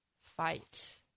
fight